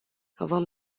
vom